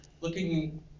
looking